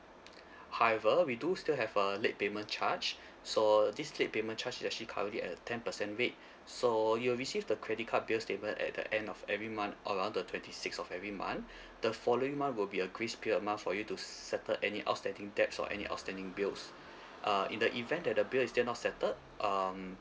however we do still have a late payment charge so this late payment charge is actually currently at ten percent rate so you'll receive the credit card bill statement at the end of every month around the twenty six of every month the following month will be a grace period month for you to settle any outstanding debts or any outstanding bills uh in the event that the bill is still not settled um